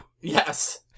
Yes